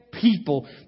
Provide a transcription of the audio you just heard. People